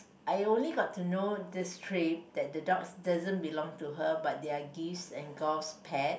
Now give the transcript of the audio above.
I only got to know this trip that the dogs doesn't belong to her but they are Give's and Give's pet